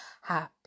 Happy